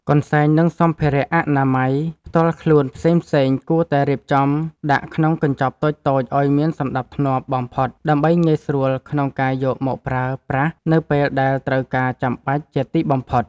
កន្សែង និង សម្ភារៈអនាម័យផ្ទាល់ខ្លួនផ្សេងៗគួរតែរៀបចំដាក់ក្នុងកញ្ចប់តូចៗឱ្យមានសណ្ដាប់ធ្នាប់បំផុតដើម្បីងាយស្រួលក្នុងការយកមកប្រើប្រាស់នៅពេលដែលត្រូវការចាំបាច់ជាទីបំផុត។